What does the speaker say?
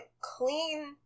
clean